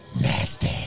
Nasty